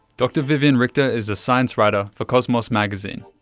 dr viviane richter is a science writer for cosmos magazine.